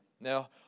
Now